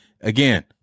Again